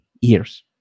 years